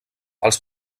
els